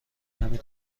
نمی